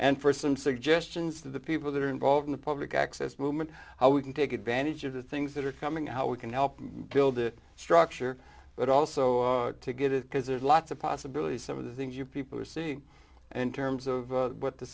and for some suggestions to the people that are involved in the public access movement i wouldn't take advantage of the things that are coming out we can help build the structure but also to get it because there's lots of possibilities some of the things you people are seeing in terms of what the